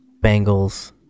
Bengals